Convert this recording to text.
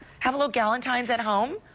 have a little galentine's at home.